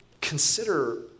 consider